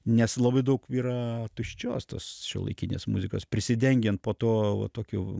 nes labai daug yra tuščios tos šiuolaikinės muzikos prisidengiant po tuo va tokiu